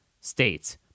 states